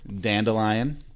Dandelion